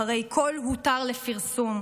אחרי כל "הותר לפרסום",